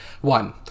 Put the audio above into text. One